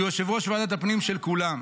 כי הוא יושב-ראש ועדת הפנים של כולם,